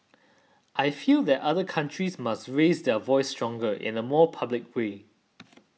I feel that other countries must raise their voice stronger in a more public way